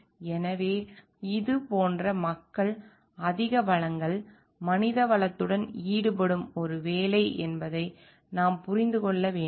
எனவே இது போன்ற மக்கள் அதிக வளங்கள் மனிதவளத்துடன் ஈடுபடும் ஒரு வேலை என்பதை நாம் புரிந்துகொள்கிறோம்